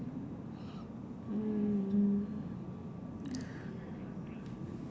mm